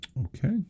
Okay